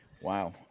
Wow